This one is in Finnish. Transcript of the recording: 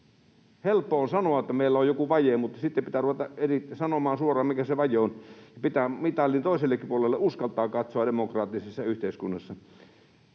Helppo on sanoa, että meillä on joku vaje, mutta sitten pitää ruveta sanomaan suoraan, mikä se vaje on. Ja pitää mitalin toisellekin puolelle uskaltaa katsoa demokraattisessa yhteiskunnassa.